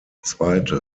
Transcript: zweite